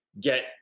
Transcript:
get